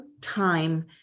time